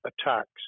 attacks